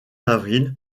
avril